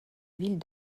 ville